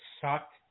sucked